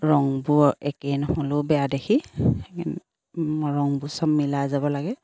ৰংবোৰ একেই নহ'লেও বেয়া দেখি সেই ৰংবোৰ চব মিলাই যাব লাগে